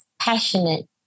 passionate